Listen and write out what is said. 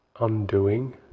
undoing